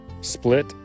split